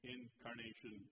Incarnation